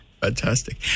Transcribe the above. fantastic